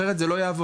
אחרת זה לא יעבוד.